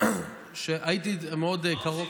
עד שהייתי מאוד קרוב,